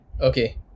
Okay